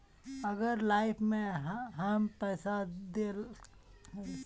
अगर लाइफ में हैम पैसा दे ला ना सकबे तब की होते?